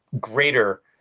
greater